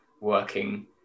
working